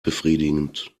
befriedigend